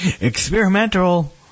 experimental